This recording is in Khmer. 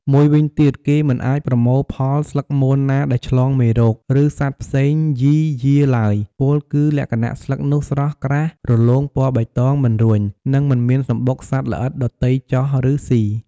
មួយវិញទៀតគេមិនអាចប្រមូលផលស្លឹកមនណាដែលឆ្លងមេរោគ ឬសត្វផ្សេងយីយាឡើយ ពោលគឺលក្ខណៈស្លឹកនោះស្រស់ ក្រាស រលោង ពណ៌បៃតង មិនរួញ និងមិនមានសំបុកសត្វល្អិតដទៃចុះ ឬស៊ី។